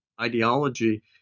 ideology